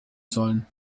sollen